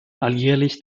alljährlich